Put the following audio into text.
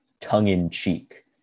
tongue-in-cheek